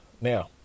Now